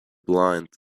blind